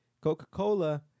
Coca-Cola